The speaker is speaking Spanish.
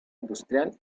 industrial